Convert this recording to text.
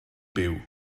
byw